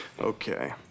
okay